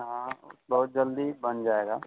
हाँ बहुत जल्दी बन जाएगा